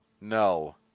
No